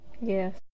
Yes